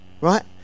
right